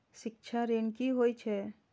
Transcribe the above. शिक्षा ऋण की होय छै?